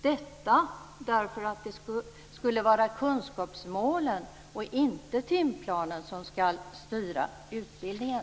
Det skall vara kunskapsmålen och inte timplanen som styr utbildningen.